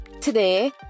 today